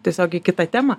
tiesiog į kitą temą